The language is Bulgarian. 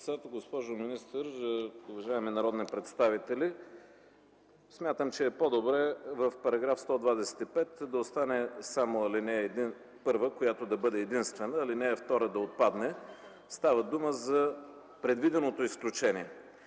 госпожо министър, уважаеми народни представители! Смятам, че е по-добре в § 125 да остане само ал. 1, която да бъде единствена, ал. 2 да отпадне. Става дума за предвиденото изключение,